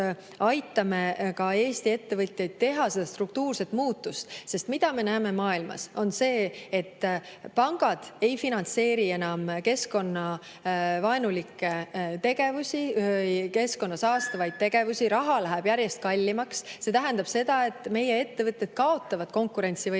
aitame ka Eesti ettevõtjail teha seda struktuurset muutust, sest me näeme maailmas seda, et pangad ei finantseeri enam keskkonnavaenulikke tegevusi, keskkonda saastavaid tegevusi. Raha läheb järjest kallimaks. See tähendab seda, et meie ettevõtted kaotavad konkurentsivõimes,